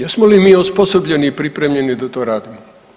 Jesmo li mi osposobljeni i pripremljeni da to radimo?